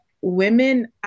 women